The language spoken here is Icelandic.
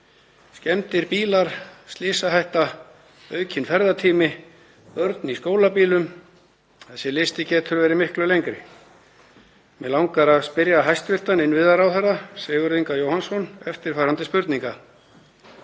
Skemmdir bílar, slysahætta, aukinn ferðatími, börn í skólabílum — þessi listi getur verið miklu lengri. Mig langar að spyrja hæstv. innviðaráðherra, Sigurð Inga Jóhannsson, eftirfarandi spurninga: